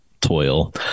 toil